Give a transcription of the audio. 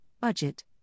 budget